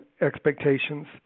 expectations